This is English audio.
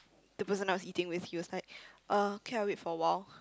the person I was eating with he was like uh okay I wait for awhile